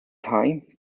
time